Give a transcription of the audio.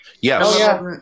Yes